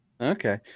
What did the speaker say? Okay